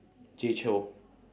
jay chou